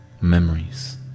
memories